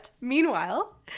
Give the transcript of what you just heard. meanwhile